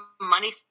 money